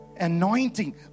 anointing